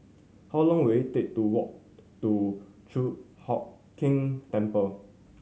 how long will it take to walk to Chi Hock Keng Temple